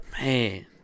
Man